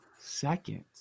second